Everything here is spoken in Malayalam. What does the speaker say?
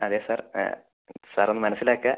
അതെ സാർ സാറൊന്ന് മനസ്സിലാക്കുക